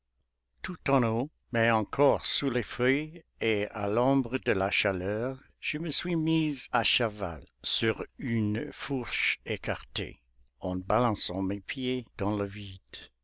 tout en haut mais encore sous les feuilles et à l'ombre de la chaleur je me suis mise à cheval sur une fourche écartée en balançant mes pieds dans le vide